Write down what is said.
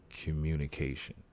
communication